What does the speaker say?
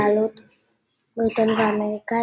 בעלות-בריתנו ואמריקה,